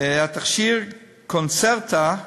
התכשיר "קונצרטה",